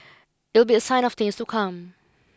it would be a sign of things to come